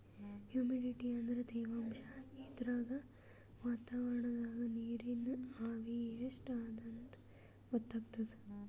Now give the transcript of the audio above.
humidity ಅಂದ್ರ ತೆವಾಂಶ್ ಇದ್ರಾಗ್ ವಾತಾವರಣ್ದಾಗ್ ನೀರಿನ್ ಆವಿ ಎಷ್ಟ್ ಅದಾಂತ್ ಗೊತ್ತಾಗ್ತದ್